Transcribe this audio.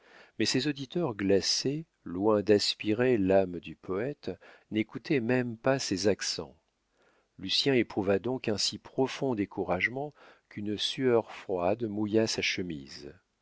mais ces auditeurs glacés loin d'aspirer l'âme du poète n'écoutaient même pas ses accents lucien éprouva donc un si profond découragement qu'une sueur froide mouilla sa chemise